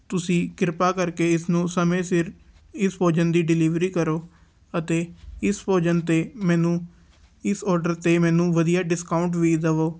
ਤੁਸੀਂ ਕਿਰਪਾ ਕਰਕੇ ਇਸ ਨੂੰ ਸਮੇਂ ਸਿਰ ਇਸ ਭੋਜਨ ਦੀ ਡਿਲੀਵਰੀ ਕਰੋ ਅਤੇ ਇਸ ਭੋਜਨ 'ਤੇ ਮੈਨੂੰ ਇਸ ਔਡਰ 'ਤੇ ਮੈਨੂੰ ਵਧੀਆ ਡਿਸਕਾਊਂਟ ਵੀ ਦੇਵੋ